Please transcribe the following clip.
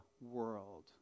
world